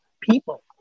people